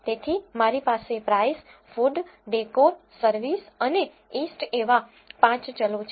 તેથી મારી પાસે price food décor service અને east એવા 5 ચલો છે